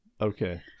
okay